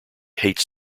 hates